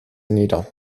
nieder